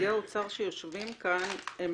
שנציגי האוצר שיושבים כאן הם